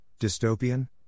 dystopian